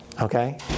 Okay